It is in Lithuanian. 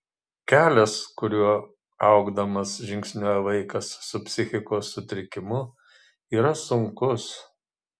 kelias kuriuo augdamas žingsniuoja vaikas su psichikos sutrikimu yra sunkus